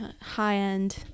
high-end